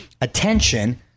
Attention